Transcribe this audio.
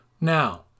Now